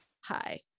hi